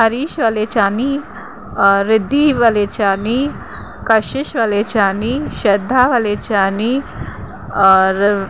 हरीश वलेचानी रिद्धि वलेचानी कशिश वलेचानी श्रद्धा वलेचानी और